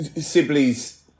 Sibley's